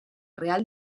real